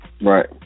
Right